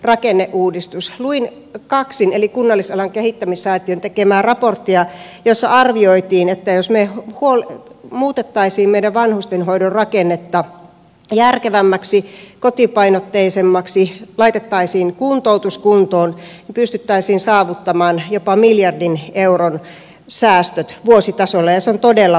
luin kaksin eli kunnallisalan kehittämissäätiön tekemää raporttia jossa arvioitiin että jos me muuttaisimme meidän vanhustenhoidon rakennetta järkevämmäksi kotipainotteisemmaksi laittaisimme kuntoutuksen kuntoon niin pystyisimme saavuttamaan jopa miljardin euron säästöt vuositasolla ja se on todella paljon